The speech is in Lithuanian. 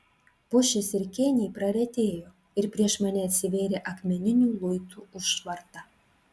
pušys ir kėniai praretėjo ir prieš mane atsivėrė akmeninių luitų užvarta